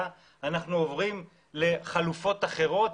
לחלוטין ואנחנו עוברים לחלופות אחרות.